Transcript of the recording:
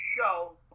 show